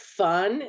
fun